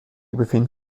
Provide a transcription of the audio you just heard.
befinden